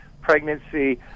pregnancy